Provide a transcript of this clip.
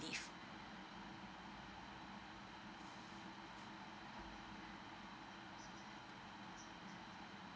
leave